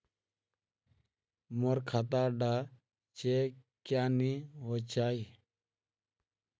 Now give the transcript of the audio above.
मोर खाता डा चेक क्यानी होचए?